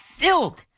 filled